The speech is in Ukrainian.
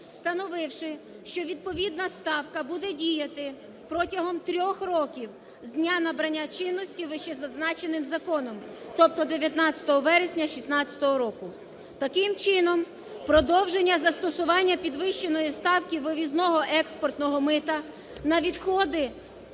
встановивши, що відповідна ставка буде діяти протягом трьох років з дня набрання чинності вище зазначеним законом, тобто 19 вересня 2016 року. Таким чином продовження застосування підвищеної ставки вивізного експортного мита на відходи